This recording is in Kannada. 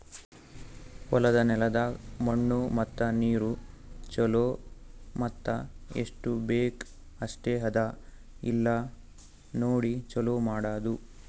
ಹೊಲದ ನೆಲದಾಗ್ ಮಣ್ಣು ಮತ್ತ ನೀರು ಛಲೋ ಮತ್ತ ಎಸ್ಟು ಬೇಕ್ ಅಷ್ಟೆ ಅದಾ ಇಲ್ಲಾ ನೋಡಿ ಛಲೋ ಮಾಡದು